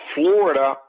Florida